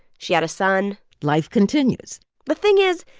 she had a son life continues the thing is,